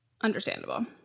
Understandable